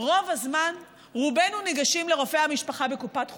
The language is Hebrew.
רוב הזמן רובנו ניגשים לרופא המשפחה בקופת חולים.